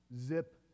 Zip